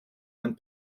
and